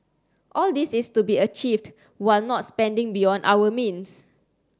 all this is to be achieved while not spending beyond our means